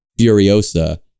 Furiosa